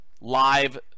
live